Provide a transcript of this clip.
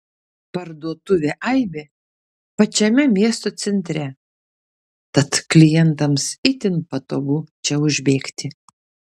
parduotuvė aibė pačiame miesto centre tad klientams itin patogu čia užbėgti